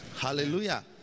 Hallelujah